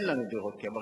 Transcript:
אין לנו דירות קבע.